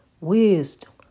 wisdom